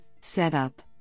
setup